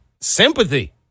sympathy